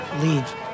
Leave